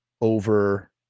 over